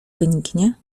wyniknie